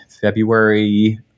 February